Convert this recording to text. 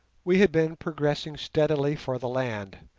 we had been progressing steadily for the land,